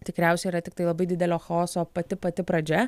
tikriausiai yra tiktai labai didelio chaoso pati pati pradžia